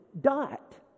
dot